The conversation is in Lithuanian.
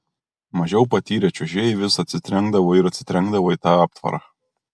mažiau patyrę čiuožėjai vis atsitrenkdavo ir atsitrenkdavo į tą aptvarą